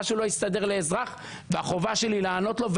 שמשהו לא הסתדר לאזרח והחובה שלי לענות לו,